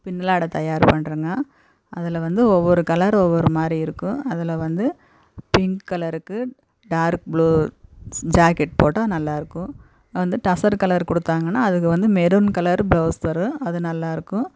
பின்னலாடை தயார் பண்ணுறேங்க அதில் வந்து ஒவ்வொரு கலரு ஒவ்வொரு மாதிரி இருக்கும் அதில் வந்து பிங்க் கலருக்கு டார்க் ப்ளூ ஜாக்கெட் போட்டால் நல்லாயிருக்கும் வந்து டசரு கலரு கொடுத்தாங்கன்னா அதுக்கு வந்து மெரூன் கலரு பிளவ்ஸ் வரும் அது நல்லாயிருக்கும்